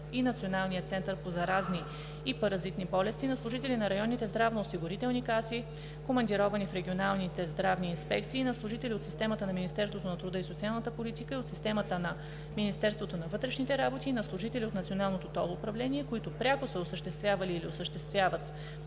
и Националния център по заразни и паразитни болести, на служители на районните здравноосигурителни каси, командировани в регионалните здравни инспекции, на служители от системата на Министерството на труда и социалната политика и от системата на Министерството на вътрешните работи и на служители от Националното тол управление, които пряко са осъществявали или осъществяват